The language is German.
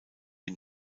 ihn